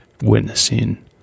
witnessing